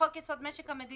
בחוק-יסוד: משק המדינה,